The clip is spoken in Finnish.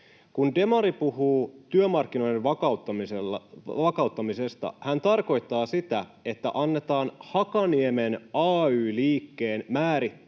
Kun demari puhuu työmarkkinoiden vakauttamisesta, hän tarkoittaa sitä, että annetaan Hakaniemen ay-liikkeen määrittää,